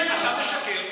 אתה משקר.